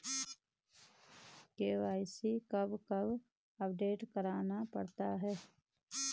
KYC कब कब update करवाना पड़ता है?